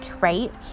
right